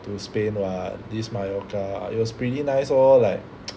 to Spain [what] this Majorca err it was pretty nice lor like